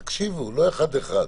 תקשיבו, לא אחד-אחד.